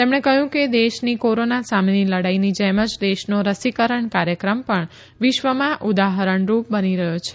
તેમણે કહ્યું કે દેશની કોરોના સામેની લડાઇની જેમ જ દેશનો રસીકરણ કાર્યક્રમ પણ વિશ્વમાં ઉદાહરણ રૂપ બની રહ્યો છે